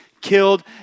killed